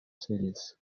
celis